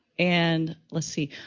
and let's see,